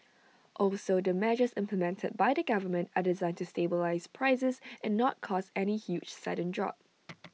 also the measures implemented by the government are designed to stabilise prices and not cause any huge sudden drop